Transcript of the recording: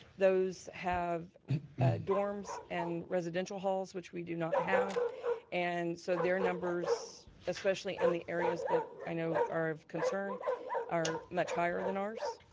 those have dorms and residential halls which we do not have and so their numbers, especially in the areas that, i know are of concern are much higher than ours.